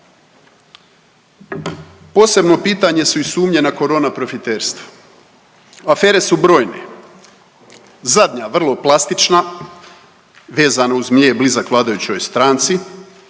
Posebno pitanje su i sumnje na korona profiterstvo. Afere su brojne. Zadnja vrlo plastična vezna uz nje je blizak vladajućoj stranci,